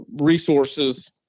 resources